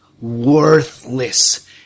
worthless